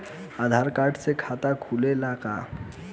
आधार card से खाता खुले ला का?